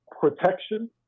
protection